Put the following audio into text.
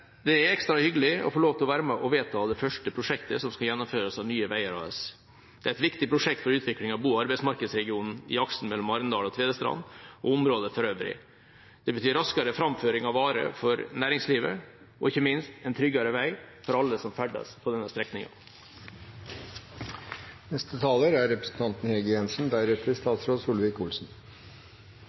Det er ekstra hyggelig å få lov til å være med på å vedta det første prosjektet som skal gjennomføres av Nye Veier AS. Det er et viktig prosjekt for utvikling av bo- og arbeidsmarkedsregionen i aksen mellom Arendal og Tvedestrand og området for øvrig. Det betyr raskere framføring av varer for næringslivet og ikke minst en tryggere vei for alle som ferdes på denne